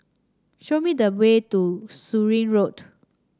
show me the way to Surin Road